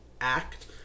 act